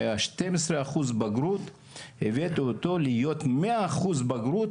היו שתיים עשרה אחוז בגרות והבאתי אותו להיות מאה אחוז בגרות,